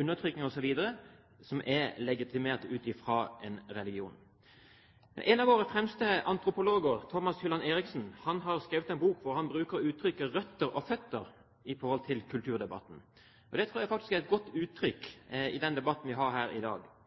undertrykking osv. som er legitimert ut fra en religion. En av våre fremste antropologer, Thomas Hylland Eriksen, har skrevet en bok der han bruker uttrykket «røtter og føtter» i forhold til kulturdebatten. Det tror jeg faktisk er et godt uttrykk i den debatten vi har her i dag.